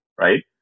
right